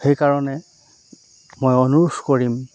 সেইকাৰণে মই অনুৰোধ কৰিম